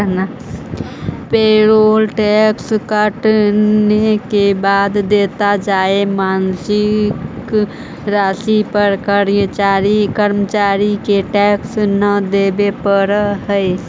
payroll tax कटने के बाद देवे जाए मासिक राशि पर कर्मचारि के टैक्स न देवे पड़ा हई